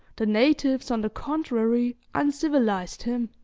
the natives, on the contrary, uncivilised him.